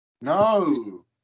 No